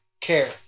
care